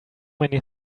many